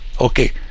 Okay